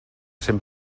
cent